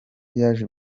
yaje